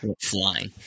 flying